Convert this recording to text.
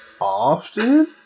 often